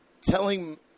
Telling